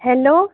hello